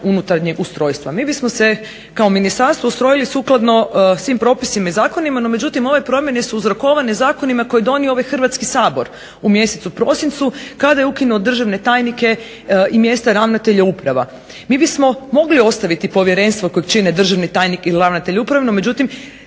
unutarnjeg ustrojstva. Mi bismo se kao ministarstvo ustrojili sukladno svim propisima i zakonima. No međutim, ove promjene su uzrokovane zakonima koje je donio ovaj Hrvatski sabor u mjesecu prosincu kada je ukinuo državne tajnike i mjesta ravnatelja uprava. Mi bismo mogli ostaviti povjerenstvo kojeg čine državni tajnik ili ravnatelj uprave, no međutim